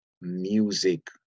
music